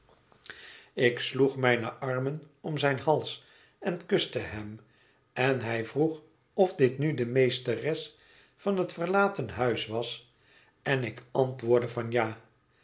ik sloeg mijne armen om zijn hals en kuste hem en hij vroeg of dit nu de meesteres van het verlaten huis was en ik antwoordde van ja